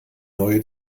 neue